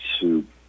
soup